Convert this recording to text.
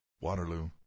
Waterloo